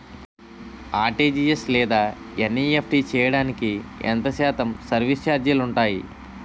RTGS లేదా NEFT చేయడానికి ఎంత శాతం సర్విస్ ఛార్జీలు ఉంటాయి?